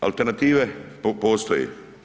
Alternative postoje.